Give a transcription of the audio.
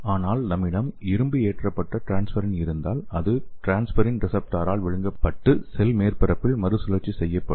ஆனால் நம்மிடம் இரும்பு ஏற்றப்பட்ட டிரான்ஸ்ஃபிரின் இருந்தால் அது டிரான்ஸ்ஃபிரின் ரிசப்டாரால் விழுங்கப்பட்டு செல் மேற்பரப்பில் மறுசுழற்சி செய்யப்படும்